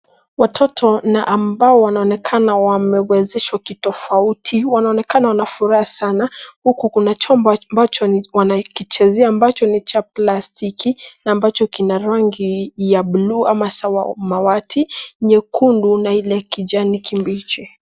Watoto ambao wanaonekana wamewezeshwa kitofauti wanaonekana wana furaha sana huku kuna chombo ambacho wanakichezea ambacho ni cha plastiki na ambacho kina rangi ya bluu ama samawati, nyekundu na ile kijani kibichi.